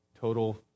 Total